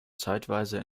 zeitweise